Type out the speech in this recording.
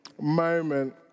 moment